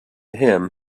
him